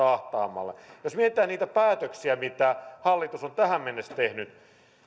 ahtaammalle jos mietitään niitä päätöksiä mitä hallitus on tähän mennessä tehnyt niin